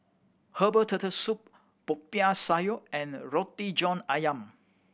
herbal Turtle Soup Popiah Sayur and Roti John Ayam